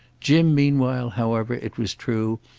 jim meanwhile however, it was true,